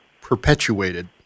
perpetuated